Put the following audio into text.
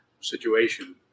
situation